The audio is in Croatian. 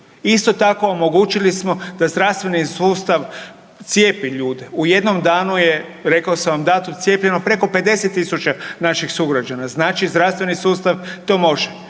Isto tako omogućili smo da zdravstveni sustav cijepi ljude. U jednom danu rekao sam vam datum cijepljeno preko 50.000 naših sugrađana, znači zdravstveni sustav to može.